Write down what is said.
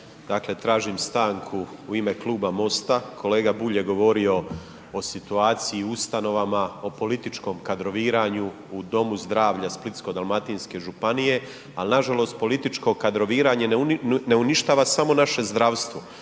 tražim stanku u ime Kluba MOST-a kolega Bulj je govorio o situaciji u ustanovama, o političkom kadroviranju u Domu zdravlja Splitsko-dalmatinske županije, al nažalost političko kadroviranje ne uništava samo naše zdravstvo,